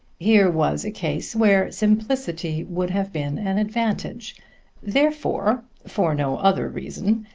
here was a case where simplicity would have been an advantage therefore, for no other reason,